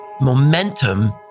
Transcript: Momentum